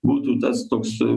būtų tas toks